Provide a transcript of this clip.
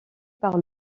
par